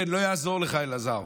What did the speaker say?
כן, לא יעזור לך, אלעזר.